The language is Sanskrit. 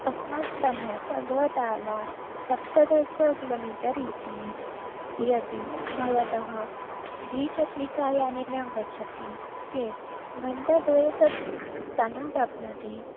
अस्मात् स्थानात् अग्रताला सप्तदश किलोमीटर् इति यदि भवतः द्विचक्रिका यानेन गच्छति चेत् घण्टाद्वये तत् स्थानं प्राप्नोति